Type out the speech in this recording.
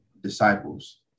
disciples